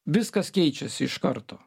viskas keičiasi iš karto